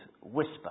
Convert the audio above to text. Whisper